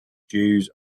jews